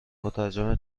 مترجم